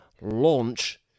launch